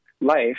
life